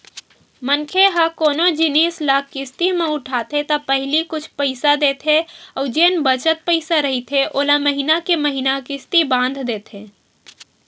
मनखे ह कोनो जिनिस ल किस्ती म उठाथे त पहिली कुछ पइसा देथे अउ जेन बचत पइसा रहिथे ओला महिना के महिना किस्ती बांध देथे